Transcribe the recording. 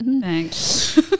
Thanks